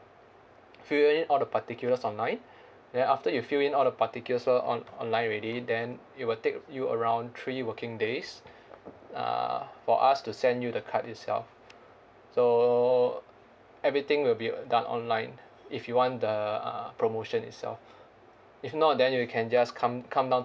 fill in all the particulars online then after you fill in all the particulars on~ online already then it will take you around three working days uh for us to send you the card itself so everything will be done online if you want the promotion itself if not then you can just come come down